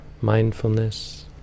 Mindfulness